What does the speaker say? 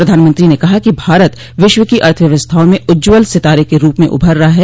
प्रधानमंत्री ने कहा कि भारत विश्व की अर्थव्यवस्थाओं में उज्जवल सितारे के रूप म उभर रहा है